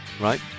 Right